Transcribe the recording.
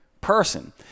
person